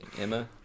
Emma